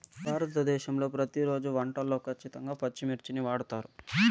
భారతదేశంలో ప్రతిరోజు వంటల్లో ఖచ్చితంగా పచ్చిమిర్చిని వాడుతారు